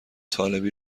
طالبی